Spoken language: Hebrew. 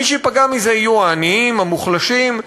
מי שייפגע מזה יהיו העניים, המוחלשים.